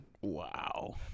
Wow